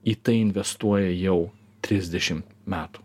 į tai investuoja jau trisdešim metų